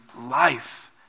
life